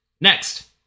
Next